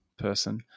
person